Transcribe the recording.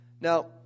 Now